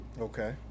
Okay